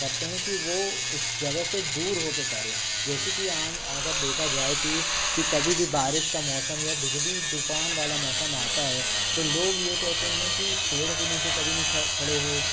करते हैं कि वो उस जगह से दूर होके करें जैसे कि आम अगर देखा जाए कि कि कभी भी बारिश का मौसम या बिजली तूफ़ान वाला मौसम आता है तो लोग ये कहते हैं कि पेड़ के नीचे कभी नहीं ख खड़े हो